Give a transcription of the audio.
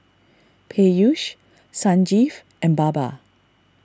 Peyush Sanjeev and Baba